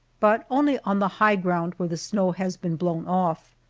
but only on the high ground where the snow has been blown off.